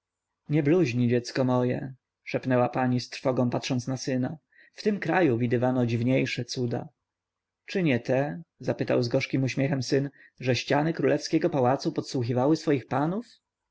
nie bluźnij dziecko moje szepnęła pani z trwogą patrząc na syna w tym kraju widywano dziwniejsze cuda czy nie te spytał z gorzkim uśmiechem syn że ściany królewskiego pałacu podsłuchiwały swoich panów